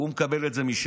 והוא מקבל את זה משם.